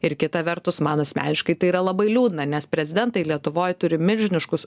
ir kita vertus man asmeniškai tai yra labai liūdna nes prezidentai lietuvoj turi milžiniškus